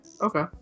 Okay